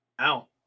ow